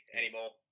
anymore